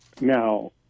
Now